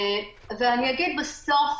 ואני אגיד בסוף,